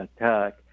attack